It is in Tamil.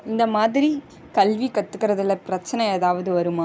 இந்தமாதிரி கல்வி கற்றுக்கறதுல பிரச்சின ஏதாவது வருமா